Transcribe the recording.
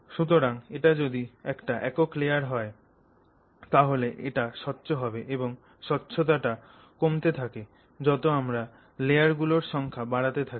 সুতরাং এটা যদি একটা একক লেয়ার হয় তাহলে এটা স্বচ্ছ হবে এবং এই স্বচ্ছতা টা কমতে থাকে যত আমরা লেয়ার গুলোর সংখ্যা বাড়াতে থাকি